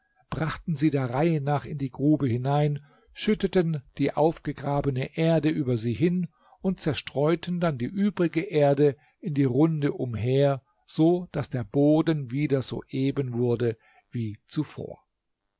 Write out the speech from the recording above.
brachten sie der reihe nach in die grube hinein schütteten die aufgegrabene erde über sie hin und zerstreuten dann die übrige erde in die runde umher so daß der boden wieder so eben wurde wie zuvor